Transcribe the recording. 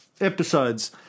episodes